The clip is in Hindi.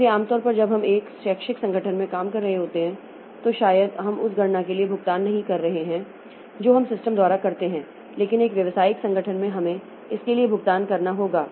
इसलिए आमतौर पर जब हम एक शैक्षिक संगठन में काम कर रहे होते हैं तो शायद हम उस गणना के लिए भुगतान नहीं कर रहे हैं जो हम सिस्टम द्वारा करते हैं लेकिन एक व्यावसायिक संगठन में हमें इसके लिए भुगतान करना होगा